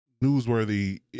newsworthy